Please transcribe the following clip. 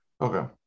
Okay